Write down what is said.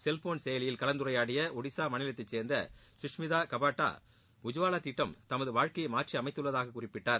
cellphone செயலியில் கலந்துரையாடிய ஒடிசா மாநிலத்தை சேர்ந்த குஷ்மிதா கபாட்டா உஜ்வாவா திட்டம் தமது வாழ்க்கையை மாற்றி அமைத்துள்ளதாக குறிப்பிட்டார்